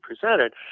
presented